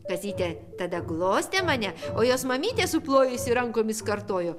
kazytė tada glostė mane o jos mamytė suplojusi rankomis kartojo